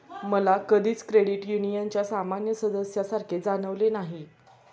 मला कधीच क्रेडिट युनियनच्या सामान्य सदस्यासारखे जाणवले नाही